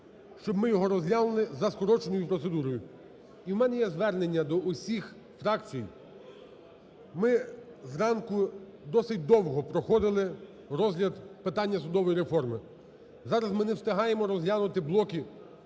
щоб його розглянули за скороченою процедурою. І у мене є звернення до усіх фракцій. Ми зранку досить довго проходили розгляд питання судової реформи. Зараз ми не встигаємо розглянути блоки